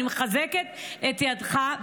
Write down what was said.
אני מחזקת את ידך,